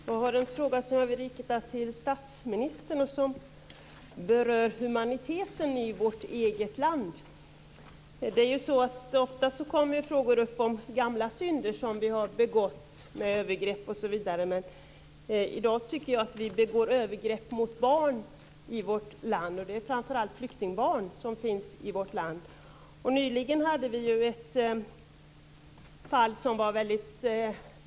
Fru talman! Jag har en fråga som jag vill rikta till statsministern och som berör humaniteten i vårt eget land. Det kommer ofta fram frågor om gamla synder, övergrepp osv. I dag tycker jag att vi begår övergrepp mot barn i vårt land. Det gäller framför allt flyktingbarn. Nyligen var det ett omdebatterat fall.